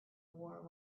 war